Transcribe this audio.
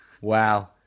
Wow